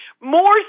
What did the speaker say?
more